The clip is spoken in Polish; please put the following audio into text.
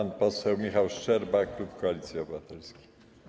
Pan poseł Michał Szczerba, klub Koalicji Obywatelskiej.